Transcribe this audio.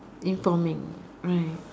informing right